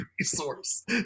resource